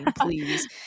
please